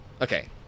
Okay